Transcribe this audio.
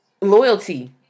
Loyalty